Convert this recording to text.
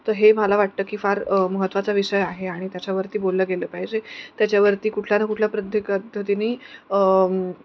तर हे मला वाटतं की फार महत्त्वाचा विषय आहे आणि त्याच्यावरती बोललं गेलं पाहिजे त्याच्यावरती कुठल्या न कुठल्या प्रत्येक पद्धतीनी